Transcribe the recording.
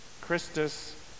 Christus